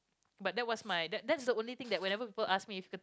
but that was my that that's the only thing that whenever people ask me if